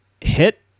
hit